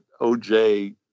OJ